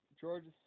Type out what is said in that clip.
Georgia